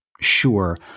sure